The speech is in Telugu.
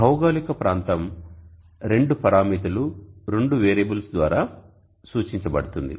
భౌగోళిక ప్రాంతం రెండు పరామితులు రెండు వేరియబుల్స్ ద్వారా సూచించబడుతుంది